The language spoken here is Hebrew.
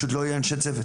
פשוט לא יהיה אנשי צוות,